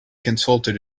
consulted